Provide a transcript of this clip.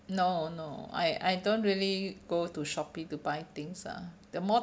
no no I I don't really go to shopee to buy things ah the more